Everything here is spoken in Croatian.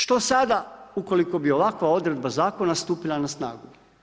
Što sada ukoliko bi ovakva odredba zakona stupila na snagu?